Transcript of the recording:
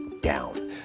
down